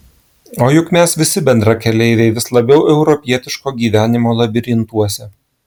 o juk mes visi bendrakeleiviai vis labiau europietiško gyvenimo labirintuose